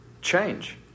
change